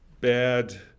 bad